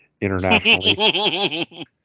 internationally